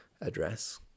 address